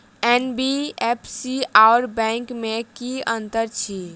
NBFC आओर bank मे की अंतर अछि?